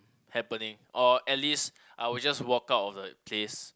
happening or at least I would just walk out of the place